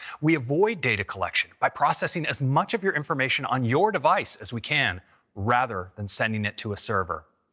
we avoid data collection by processing as much of your information on your device as we can rather than and sending it to a server.